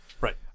Right